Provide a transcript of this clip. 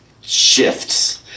shifts